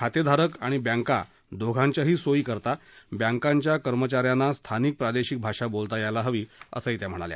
खातेधारक आणि बँका दोहोंच्या सोईसाठी बँकेच्या कर्मचा यांना स्थानिक प्रादेशिक भाषा बोलता यायला हवी असंही त्या म्हणाल्या